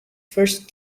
first